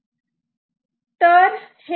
तर हे कसे कार्य करते